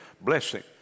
blessing